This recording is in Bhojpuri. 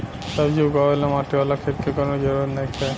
सब्जी उगावे ला माटी वाला खेत के कवनो जरूरत नइखे